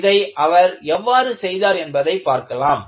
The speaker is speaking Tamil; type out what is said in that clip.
இதை அவர் எவ்வாறு செய்தார் என்பதை பார்க்கலாம்